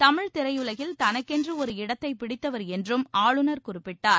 தமிழ்த் திரையுலகில் தனக்கென்று ஒரு இடத்தைப் பிடித்தவர் என்றும் ஆளுநர் குறிப்பிட்டார்